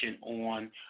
on